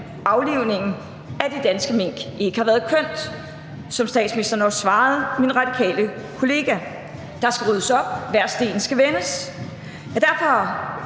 aflivningen af de danske mink ikke har været kønt, hvilket statsministeren også svarede min radikale kollega. Der skal ryddes op, hver sten skal vendes. Jeg